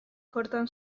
kortan